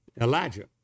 Elijah